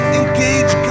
engage